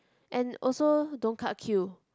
and also don't cut queue